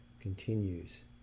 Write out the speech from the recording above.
continues